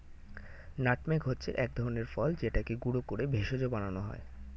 nutmeg হচ্ছে এক ধরনের ফল যেটাকে গুঁড়ো করে ভেষজ বানানো হয়